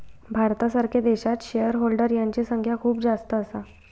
भारतासारख्या देशात shareholder यांची संख्या खूप जास्त असा